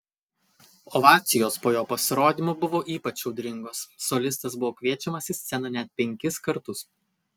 ovacijos po jo pasirodymo buvo ypač audringos solistas buvo kviečiamas į sceną net penkis kartus